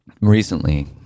recently